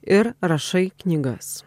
ir rašai knygas